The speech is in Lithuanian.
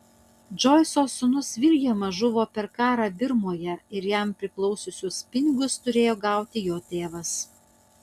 džoiso sūnus viljamas žuvo per karą birmoje ir jam priklausiusius pinigus turėjo gauti jo tėvas